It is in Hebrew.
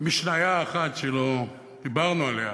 משניה אחת שלא דיברנו עליה,